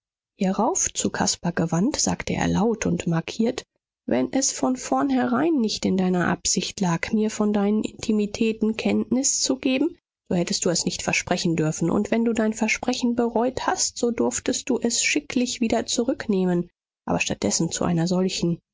hierauf zu caspar gewandt sagte er laut und markiert wenn es von vornherein nicht in deiner absicht lag mir von deinen intimitäten kenntnis zu geben so hättest du es nicht versprechen dürfen und wenn du dein versprechen bereut hast so durftest du es schicklich wieder zurücknehmen aber statt dessen zu einer solchen